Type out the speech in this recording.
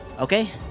Okay